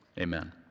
Amen